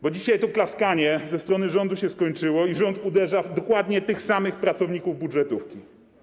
Bo dzisiaj to klaskanie ze strony rządu się skończyło i rząd uderza w dokładnie tych samych pracowników budżetówki.